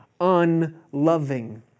unloving